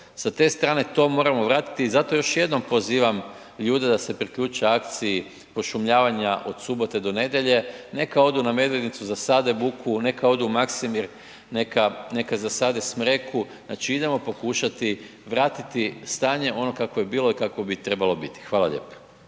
Sa te strane to moramo vratiti i zato još jednom pozivam ljude da se priključe akciji pošumljavanja od subote do nedjelje, neka odu na Medvednicu, zasade bukvu, neka odu u Maksimir, neka zasade smreku, znači idemo pokušati vratiti stanje ono kako je bilo i kakvo bi trebalo biti. Hvala lijepo.